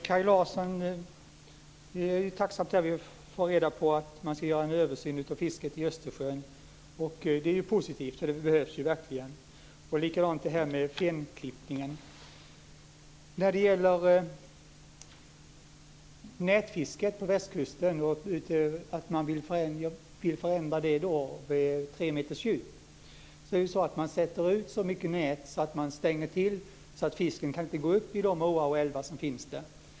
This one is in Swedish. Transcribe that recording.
Herr talman! Det är tacksamt att vi av Kaj Larsson får reda på att man ska göra en översyn av fisket i Östersjön. Det är positivt, för det behövs verkligen. Detsamma gäller detta med fenklippningen. Sedan gällde det nätfisket på västkusten och att man vill förändra det till tre meters djup. Där är det ju så att man sätter ut så mycket nät att man stänger till så att fisken inte kan gå upp i de åar och älvar som finns där.